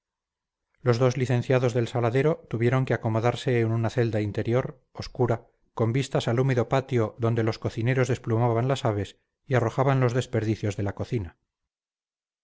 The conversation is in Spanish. los dos licenciados del saladero tuvieron que acomodarse en una celda interior obscura con vistas al húmedo patio donde los cocineros desplumaban las aves y arrojaban los desperdicios de la cocina